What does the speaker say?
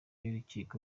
y’urukiko